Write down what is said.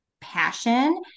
passion